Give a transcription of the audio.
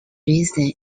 resin